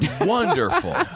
wonderful